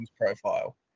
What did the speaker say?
profile